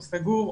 הוא סגור,